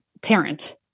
parent